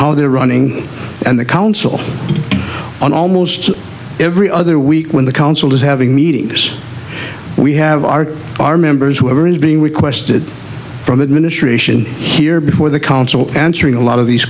how they're running and the council on almost every other week when the council is having meetings we have are our members whoever is being requested from administration here before the council answering a lot of these